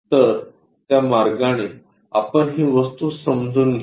तर त्या मार्गाने आपण ही वस्तू समजून घेऊ